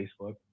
Facebook